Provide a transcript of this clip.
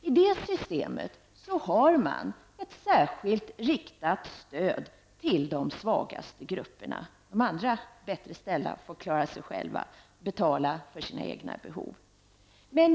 I det systemet har man ett särskilt, riktat stöd till de svagaste grupperna. De bättre ställda får klara sig själva och betala för sina egna behov.